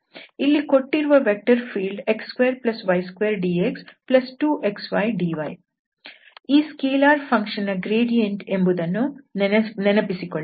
ಇಲ್ಲಿ ಕೊಟ್ಟಿರುವ vector field x2y2dx2xydy ಈ ಸ್ಕೆಲಾರ್ ಫಂಕ್ಷನ್ ನ ಗ್ರೇಡಿಯಂಟ್ ಎಂಬುದನ್ನು ನೆನಪಿಸಿಕೊಳ್ಳಿ